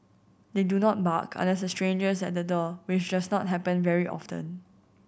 they do not bark unless a stranger is at the door which does not happen very often